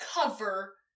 cover